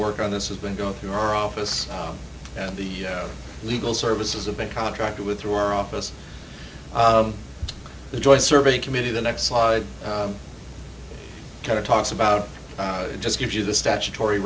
work on this has been going through our office and the legal services have been contracted with through our office of the joint survey committee the next slide kind of talks about it just gives you the statutory